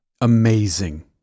Amazing